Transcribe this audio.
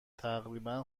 تقریبا